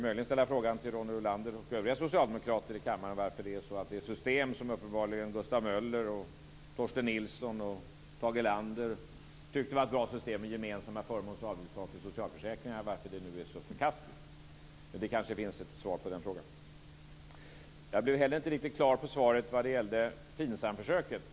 Möjligen kan man till Ronny Olander och övriga socialdemokrater här i kammaren ställa frågan varför det system som uppenbarligen Gustav Möller, Torsten Nilsson och Tage Erlander tyckte var ett bra system, med gemensamma förmåns och avgiftstak i socialförsäkringarna nu är så förkastligt. Det kanske finns ett svar på den frågan. Jag blev heller inte riktigt klar över Ronny Olanders svar när det gäller FINSAM-försöket.